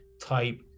type